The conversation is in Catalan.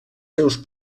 seus